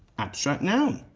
abstract noun.